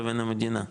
לבין המדינה.